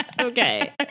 Okay